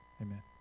amen